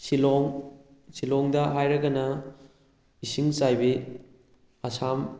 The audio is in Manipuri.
ꯁꯤꯂꯣꯡ ꯁꯤꯂꯣꯡꯗ ꯍꯥꯏꯔꯒꯅ ꯏꯁꯤꯡ ꯆꯥꯏꯕꯤ ꯑꯁꯥꯝ